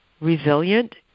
resilient